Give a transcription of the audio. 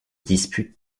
dispute